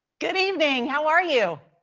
good evening, how are you?